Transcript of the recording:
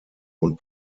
und